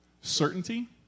certainty